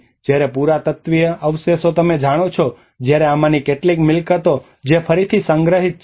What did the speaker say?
અને જ્યારે પુરાતત્ત્વીય અવશેષો તમે જાણો છો અને જ્યારે આમાંની કેટલીક મિલકતો જે ફરીથી સંગ્રહિત છે